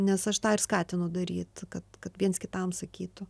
nes aš tą ir skatinu daryt kad kad viens kitam sakytų